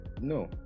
no